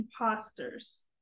imposters